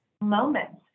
moments